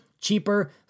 Cheaper